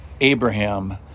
Abraham